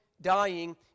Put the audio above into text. dying